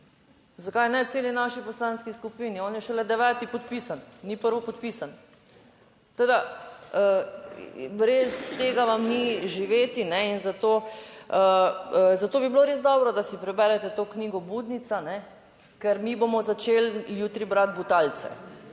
zakaj ne celi naši poslanski skupini, on je šele deveti podpisan, ni prvopodpisan, tako da brez tega vam ni živeti in zato, zato bi bilo res dobro, da si preberete to knjigo Budnica, ker mi bomo začeli jutri brati Butalce,